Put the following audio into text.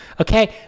okay